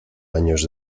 años